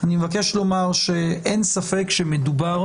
אני מבקש לומר שאין ספק שמדובר